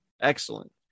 Excellent